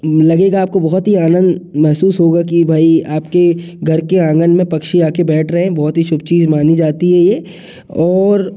लगेगा आपको बहुत ही आनंद महसूस होगा कि भाई आपके घर के आँगन में पक्षी आ कर बैठ रहे हैं बहुत ही शुभ चीज़ मानी जाती है ये और